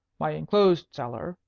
my enclosed cellar,